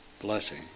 blessing